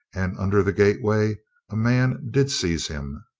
and under the gateway a man did seize him.